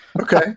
Okay